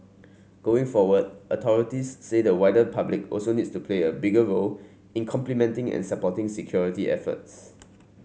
going forward authorities say the wider public also needs to play a bigger role in complementing and supporting security efforts